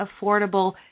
affordable